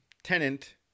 Tenant